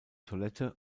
toilette